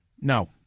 No